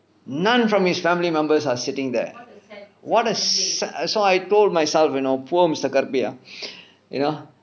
none from his family members are sitting there what a sad so I told myself you know poor mister karupiya you know